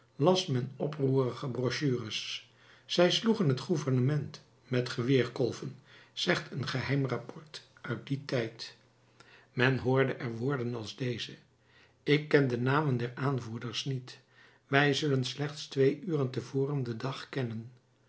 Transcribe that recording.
las men oproerige brochures zij sloegen het gouvernement met geweerkolven zegt een geheim rapport uit dien tijd men hoorde er woorden als deze ik ken de namen der aanvoerders niet wij zullen slechts twee uren te voren den dag kennen